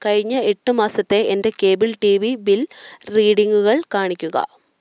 കഴിഞ്ഞ എട്ട് മാസത്തെ എൻ്റെ കേബിൾ ടി വി ബിൽ റീഡിംഗുകൾ കാണിക്കുക